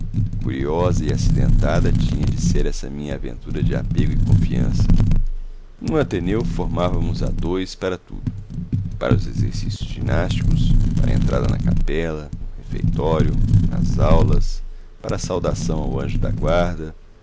curiosa e acidentada tinha de ser essa minha aventura de apego e confiança no ateneu formávamos a dois para tudo para os exercícios ginásticos para a entrada na capela no refeitório nas aulas para a saudação ao anjo da guarda